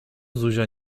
zuzia